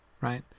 Right